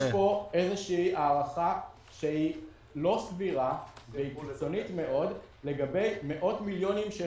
יש פה הארכה שהיא לא סבירה לגבי מאות מיליונים של